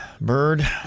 Bird